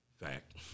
Fact